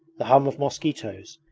the hum of mosquitoes,